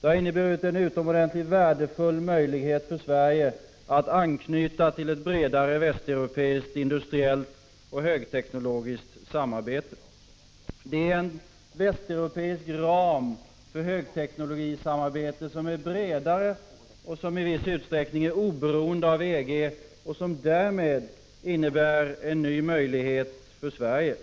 Det har inneburit en utomordentligt värdefull möjlighet för Sverige att knyta an till ett vidgat västeuropeiskt industriellt och högteknologiskt samarbete. Projektet ger en bredare västeuropeisk ram för högteknologisamarbete. Det är i viss utsträckning också oberoende av EG och innebär därmed en ny möjlighet för Sverige.